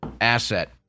asset